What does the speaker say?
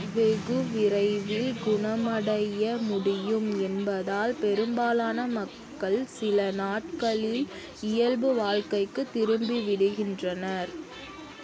வெகுவிரைவில் குணமடைய முடியும் என்பதால் பெரும்பாலான மக்கள் சில நாட்களில் இயல்பு வாழ்க்கைக்குத் திரும்பி விடுகின்றனர்